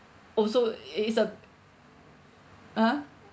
also it is a (uh huh)